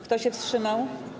Kto się wstrzymał?